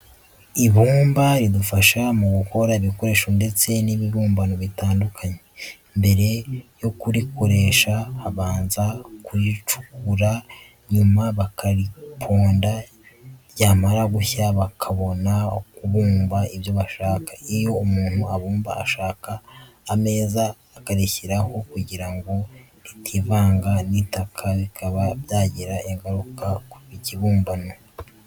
Ibumba ridufasha mu gukora ibikoresho ndetse n'ibibumbano bitandukanye. Mbere yo kurikoresha habanza kuricukura nyuma bakariponda ryamara gushya bakabona kubumba ibyo bashaka. Iyo umuntu abumba ashaka ameza akarishyiraho kugira ngo ritivanga n'itaka bikaba byagira ingaruka ku kibumbano!